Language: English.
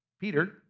Peter